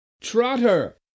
trotter